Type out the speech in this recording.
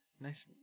nice